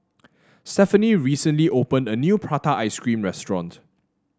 Stephany recently opened a new Prata Ice Cream restaurant